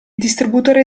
distributore